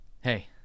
hey